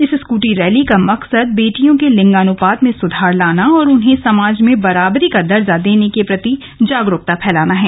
इस scooty rally का मकसद बेटियों के लिंगानुपात में सुधार और उन्हें समाज में बराबरी का दर्जा देने के प्रति जागरूक करना था